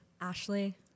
Ashley